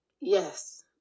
yes